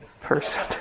person